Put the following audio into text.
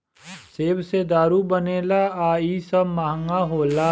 सेब से दारू बनेला आ इ सब महंगा होला